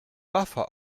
buffer